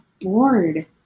bored